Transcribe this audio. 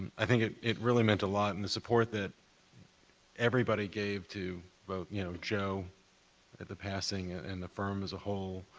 i think it it really meant a lot, and the support that everybody gave to both, you know, joe at the passing and the firm as a whole